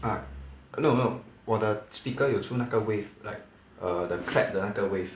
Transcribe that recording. ah no no 我的 speaker 有出那个 wave like err the clap the 那个 wave